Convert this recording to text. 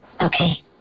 Okay